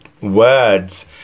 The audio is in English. words